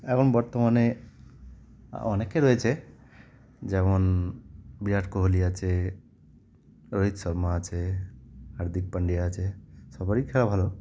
এখন বর্তমানে অনেকে রয়েছে যেমন বিরাট কোহলি আছে রোহিত শর্মা আছে হার্দিক পাণ্ড্যাা আছে সবারই খেলা ভালো